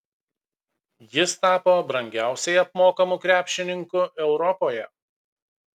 jis tapo brangiausiai apmokamu krepšininku europoje